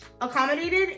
accommodated